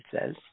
says